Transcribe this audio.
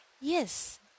Yes